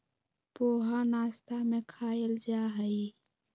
पोहा नाश्ता में खायल जाहई